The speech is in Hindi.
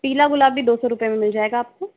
पीला गुलाब भी दो सौ रुपए में मिल जाएगा आपको